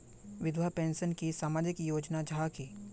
विधवा पेंशन की सामाजिक योजना जाहा की?